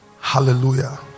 Hallelujah